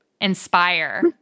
inspire